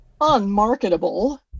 unmarketable